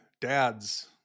dads